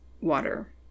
water